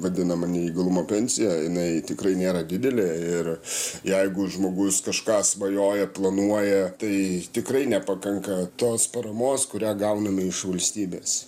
vadinama neįgalumo pensija jinai tikrai nėra didelė ir jeigu žmogus kažką svajoja planuoja tai tikrai nepakanka tos paramos kurią gauname iš valstybės